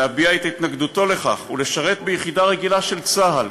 הזכות להביע התנגדות לכך ולשרת ביחידה רגילה של צה״ל.